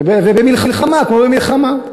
ובמלחמה כמו במלחמה.